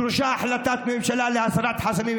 דרושה החלטת ממשלה להסרת חסמים,